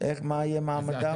מה יהיה מעמדם?